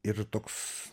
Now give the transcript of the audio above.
ir toks